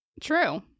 True